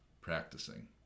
practicing